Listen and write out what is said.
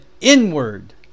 inward